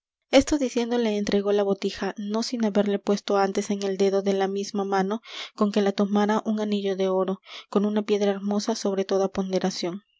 esto diciendo le entregó la botija no sin haberle puesto antes en el dedo de la misma mano con que la tomara un anillo de oro con una piedra hermosa sobre toda ponderación